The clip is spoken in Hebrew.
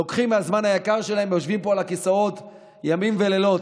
לוקחים מהזמן היקר שלהם ויושבים פה על הכיסאות ימים ולילות.